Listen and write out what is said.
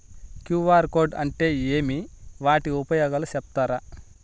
QR code అంటే ఏమి వాటి ఉపయోగాలు సెప్తారా?